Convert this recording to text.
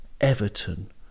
Everton